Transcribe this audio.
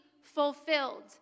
fulfilled